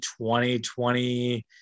2020